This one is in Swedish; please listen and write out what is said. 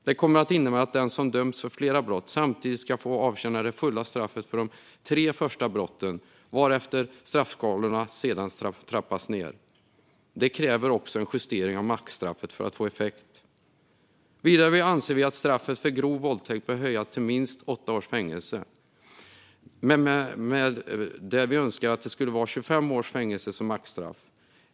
Det kommer att innebära att den som döms för flera brott samtidigt ska få avtjäna det fulla straffet för de tre första brotten, varefter straffskalorna trappas ned. Det kräver också en justering av maxstraffet för att få effekt. Vidare anser vi att straffet för grov våldtäkt bör höjas till minst åtta års fängelse. Vi önskar också att det ska vara 25 års fängelse som maxstraff.